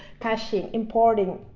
caching importing,